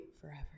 forever